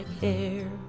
hair